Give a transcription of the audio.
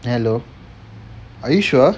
hello are you sure